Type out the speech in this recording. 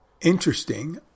interesting